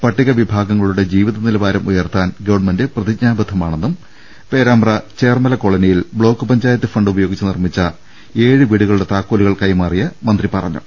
പട്ടികവിഭാഗങ്ങളുടെ ജീവി തനിലവാരം ഉയർത്താൻ ഗവൺമെന്റ് പ്രതിജ്ഞാബ ദ്ധമാണെന്നും പേരാമ്പ്ര ചേർമല കോളനിയിൽ ബ്ലോക്ക് പഞ്ചായത്ത് ഫണ്ടുപയോഗിച്ചു നിർമ്മിച്ചു ഏഴ് വീടുക ളുടെ താക്കോലുകൾ കൈമാറിയ മന്ത്രി പറഞ്ഞു